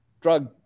drug